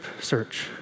search